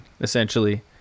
essentially